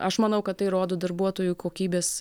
aš manau kad tai rodo darbuotojų kokybės